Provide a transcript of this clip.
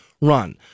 run